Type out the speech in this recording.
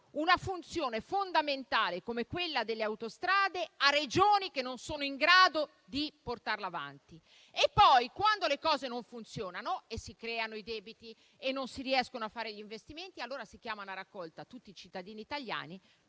una funzione fondamentale come quella delle autostrade a Regioni che non sono in grado di portarla avanti e poi, quando le cose non funzionano, si creano i debiti e non si riescono a fare gli investimenti, allora si chiamano a raccolta tutti i cittadini italiani